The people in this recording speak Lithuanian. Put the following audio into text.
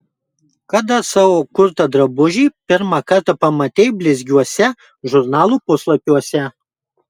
kada savo kurtą drabužį pirmą kartą pamatei blizgiuose žurnalų puslapiuose